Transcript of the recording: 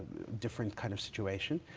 different kind of situation.